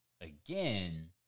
again